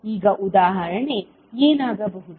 ಈಗ ಉದಾಹರಣೆ ಏನಾಗಬಹುದು